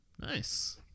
Nice